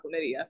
chlamydia